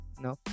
no